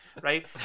right